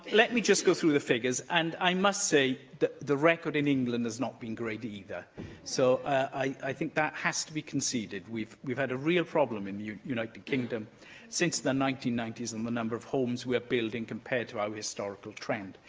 let me just go through the figures. and i must say that the record in england has not been great either so i think that has to be conceded. we've we've had a real problem in the united kingdom since the nineteen ninety s and the number of homes we are building compared to our historical trend.